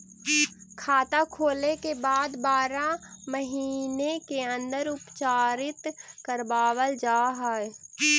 खाता खोले के बाद बारह महिने के अंदर उपचारित करवावल जा है?